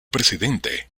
presidente